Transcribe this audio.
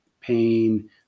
pain